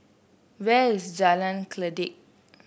where is Jalan Kledek